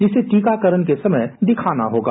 जिसे टीकाकरण के समय दिखाना होगा